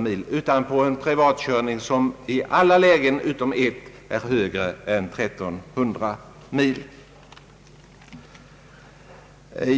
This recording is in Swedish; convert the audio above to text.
mil utan på en privatkörning, som i alla lägen utom ett är längre än 1300 mil.